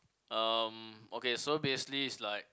um okay so basically it's like